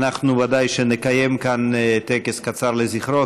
אנחנו ודאי שנקיים כאן טקס קצר לזכרו,